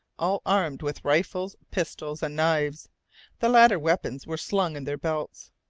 all armed with rifles, pistols, and knives the latter weapons were slung in their belts.